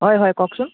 হয় হয় কওকচোন